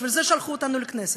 בשביל זה שלחו אותנו לכנסת.